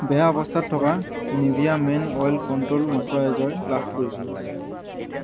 বেয়া অৱস্থাত থকা Nivea men oil control moisturiser লাভ কৰিছোঁ